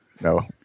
no